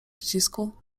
ścisku